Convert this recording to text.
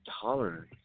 tolerance